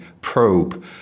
probe